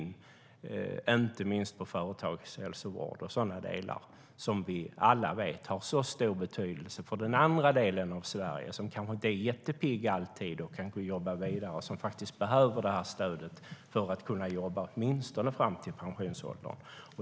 Det gäller inte minst företagshälsovård och sådana delar som vi alla vet har så stor betydelse för den andra delen av Sverige, som kanske inte alltid är de som är jättepigga och jobbar vidare. De behöver det här stödet för att kunna jobba åtminstone fram till pensionsåldern.